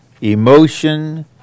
emotion